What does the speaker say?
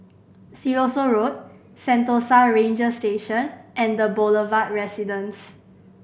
Siloso Road Sentosa Ranger Station and The Boulevard Residence